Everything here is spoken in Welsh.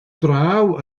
draw